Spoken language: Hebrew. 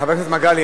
חבר הכנסת מגלי,